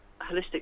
holistic